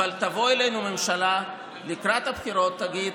אבל תבוא אלינו ממשלה לקראת הבחירות ותגיד: